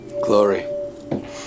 Glory